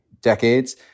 decades